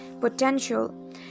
potential